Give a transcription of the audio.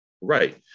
Right